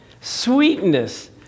sweetness